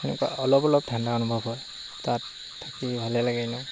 তেনেকুৱা অলপ অলপ ঠাণ্ডা অনুভৱ হয় তাত থাকি ভালে লাগে এনেও